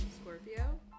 Scorpio